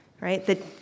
Right